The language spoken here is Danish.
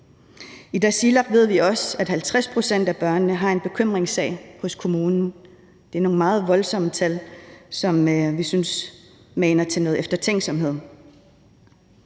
I Tasiilaq ved vi også at 50 pct. af børnene har en bekymringssag hos kommunen, og det er nogle meget voldsomme tal, som vi synes maner til noget eftertænksomhed.